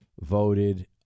voted